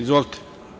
Izvolite.